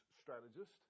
strategist